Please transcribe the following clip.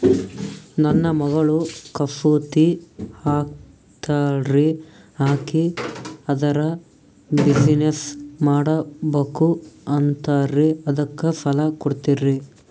ನನ್ನ ಮಗಳು ಕಸೂತಿ ಹಾಕ್ತಾಲ್ರಿ, ಅಕಿ ಅದರ ಬಿಸಿನೆಸ್ ಮಾಡಬಕು ಅಂತರಿ ಅದಕ್ಕ ಸಾಲ ಕೊಡ್ತೀರ್ರಿ?